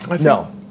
No